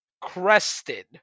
crested